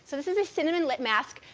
so this is a cinnamon lip mask.